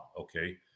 okay